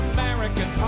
American